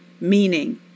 Meaning